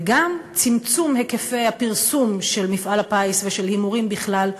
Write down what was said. וגם צמצום היקפי הפרסום של מפעל הפיס ושל ההימורים בכלל,